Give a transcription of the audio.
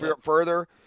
further